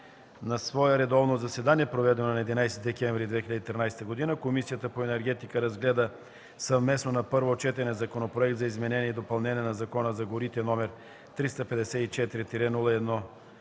На свое редовно заседание, проведено на 11 декември 2013 г., Комисията по енергетика разгледа на първо четене Законопроект за изменение и допълнение на Закона за горите, № 354-01-85,